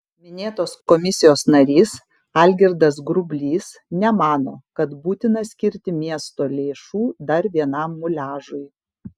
minėtos komisijos narys algirdas grublys nemano kad būtina skirti miesto lėšų dar vienam muliažui